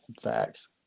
Facts